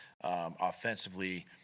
offensively